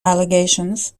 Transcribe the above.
allegations